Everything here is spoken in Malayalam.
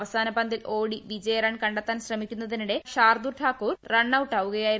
അവസാന പന്തിൽ ഓടി വിജയ റൺ കണ്ടെത്താൻ ശ്രമിക്കുന്നതിനിടെ ഷാർദൂർ ഠാക്കൂർ റണ്ണൌട്ടാകുകയായിരുന്നു